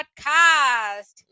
Podcast